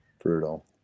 Brutal